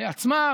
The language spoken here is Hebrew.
לעצמה,